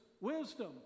wisdom